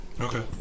Okay